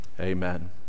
Amen